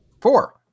Four